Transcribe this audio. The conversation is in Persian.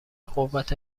قوت